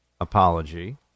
apology